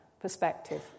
perspective